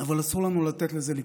אבל אסור לנו לתת לזה לקרות,